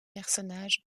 personnages